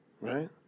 right